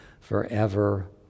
forever